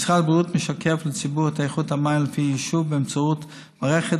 משרד הבריאות משקף לציבור את איכות המים לפי יישוב באמצעות מערכת